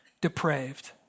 depraved